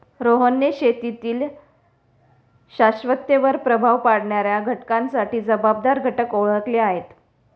रोहनने शेतीतील शाश्वततेवर प्रभाव पाडणाऱ्या घटकांसाठी जबाबदार घटक ओळखले आहेत